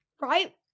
right